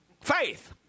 faith